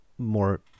more